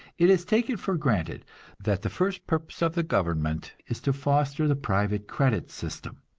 it is taken for granted that the first purpose of the government is to foster the private credit system.